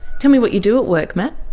tell me what you do at work, matt.